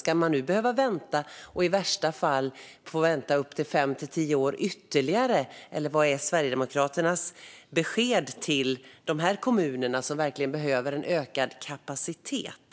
Ska man nu behöva vänta i värsta fall ytterligare fem tio år? Vad är Sverigedemokraternas besked till de här kommunerna som verkligen behöver en ökad kapacitet?